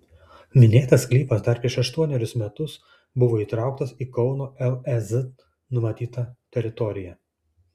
minėtas sklypas dar prieš aštuonerius metus buvo įtrauktas į kauno lez numatytą teritoriją